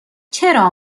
چرا